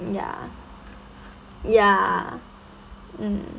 ya ya mm